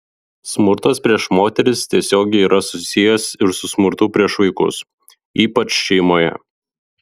smurtas prieš moteris tiesiogiai yra susijęs ir su smurtu prieš vaikus ypač šeimoje